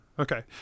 Okay